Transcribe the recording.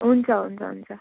हुन्छ हुन्छ हुन्छ